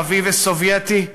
ערבי וסובייטי,